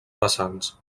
vessants